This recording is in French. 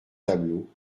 tableaux